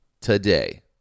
today